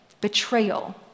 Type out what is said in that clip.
Betrayal